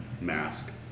mask